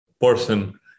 person